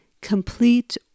complete